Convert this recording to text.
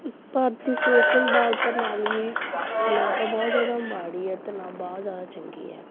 ਭਾਰਤੀ ਸਿਹਤ ਸੰਭਾਲ ਪ੍ਰਣਾਲੀ ਨਾ ਤਾਂ ਬਹੁਤ ਜ਼ਿਆਦਾ ਮਾੜੀ ਹੈ ਅਤੇ ਨਾ ਬਹੁਤ ਜ਼ਿਆਦਾ ਚੰਗੀ ਹੈ